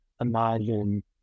imagine